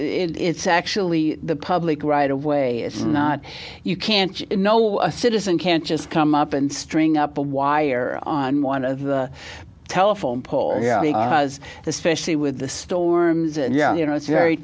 it's actually the public right away it's not you can't you know a citizen can't just come up and string up a wire on one of the telephone pole the specially with the storms and yeah you know it's very